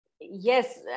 Yes